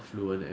like to